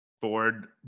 board